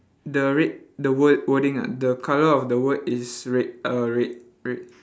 the red the word wording ah the colour of the word is red err red red